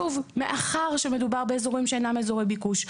שוב, מאחר ומדובר באזורים שאינם אזורי ביקוש.